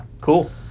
Cool